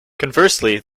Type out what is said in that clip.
conversely